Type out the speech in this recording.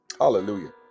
Hallelujah